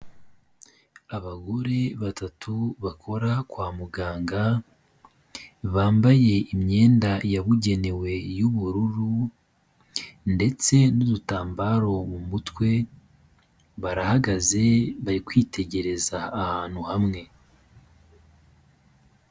Abagore batatu bakora kwa muganga, bambaye imyenda yabugenewe y'ubururu ndetse n'udutambaro mu mutwe, barahagaze, bari kwitegereza ahantu hamwe.